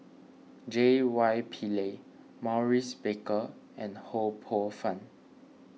J Y Pillay Maurice Baker and Ho Poh Fun